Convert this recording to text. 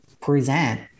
present